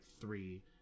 three